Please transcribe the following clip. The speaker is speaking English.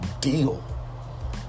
deal